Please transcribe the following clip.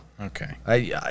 Okay